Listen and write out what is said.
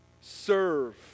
serve